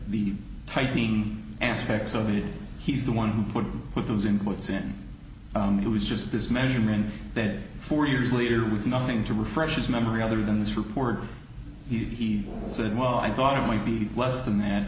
tightening aspects of it he's the one who put put those inputs in it was just this measurement that four years later with nothing to refresh his memory other than this report he said well i thought it might be less than that